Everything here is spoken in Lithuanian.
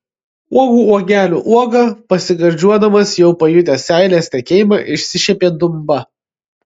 uogų uogelių uoga pasigardžiuodamas jau pajutęs seilės tekėjimą išsišiepė dumba